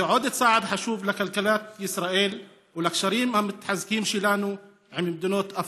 זה עוד צעד חשוב לכלכלת ישראל ולקשרים המתחזקים שלנו עם מדינות אפריקה".